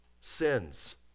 sins